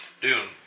Dune